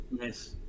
Yes